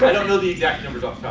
but don't know the exact numbers off